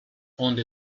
onde